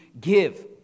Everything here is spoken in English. give